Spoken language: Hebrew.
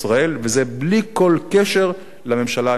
וזה בלי כל קשר לממשלה הנוכחית.